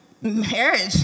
marriage